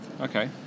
Okay